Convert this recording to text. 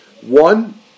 One